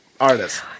artist